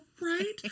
Right